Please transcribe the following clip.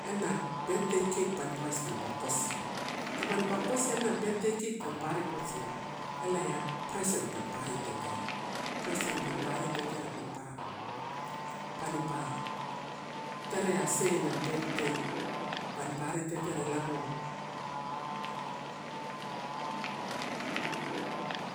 Elana birthday cake panipai ais pampa kosia, tamanipa kosia ela na birthday cake, tanpa ari kosia elaia, present panpa aritetere, present panpa ari tetere panipa, panipa terea sena birthday, panipa ari tetere lago